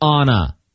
Anna